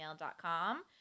gmail.com